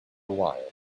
while